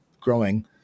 growing